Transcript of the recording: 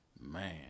Man